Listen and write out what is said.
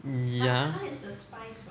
mm ya